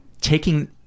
taking